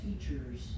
teachers